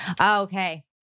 okay